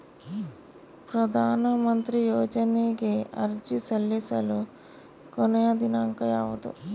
ಪ್ರಧಾನ ಮಂತ್ರಿ ಯೋಜನೆಗೆ ಅರ್ಜಿ ಸಲ್ಲಿಸಲು ಕೊನೆಯ ದಿನಾಂಕ ಯಾವದು?